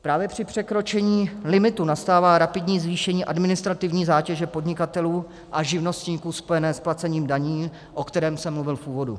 Právě při překročení limitu nastává rapidní zvýšení administrativní zátěže podnikatelů a živnostníků spojené s placením daní, o kterém jsem mluvil v úvodu.